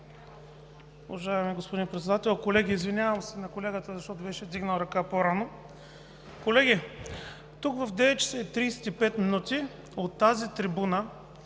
Уважаеми господин Председател, колеги, извинявам се на колегата, защото беше вдигнал ръка по-рано. Колеги, от тази трибуна